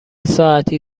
ساعتی